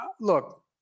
look